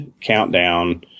countdown